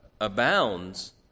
abounds